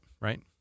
right